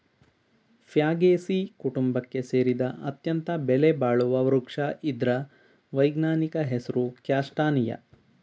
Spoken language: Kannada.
ಫ್ಯಾಗೇಸೀ ಕುಟುಂಬಕ್ಕೆ ಸೇರಿದ ಅತ್ಯಂತ ಬೆಲೆಬಾಳುವ ವೃಕ್ಷ ಇದ್ರ ವೈಜ್ಞಾನಿಕ ಹೆಸರು ಕ್ಯಾಸ್ಟಾನಿಯ